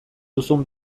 duzun